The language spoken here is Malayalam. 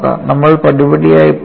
നമ്മൾ പടിപടിയായി പോകും